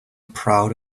proud